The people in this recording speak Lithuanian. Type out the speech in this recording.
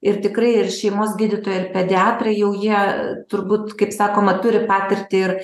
ir tikrai ir šeimos gydytojai ir pediatrai jau jie turbūt kaip sakoma turi patirtį ir